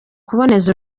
kuboneza